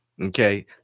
okay